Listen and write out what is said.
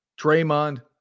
Draymond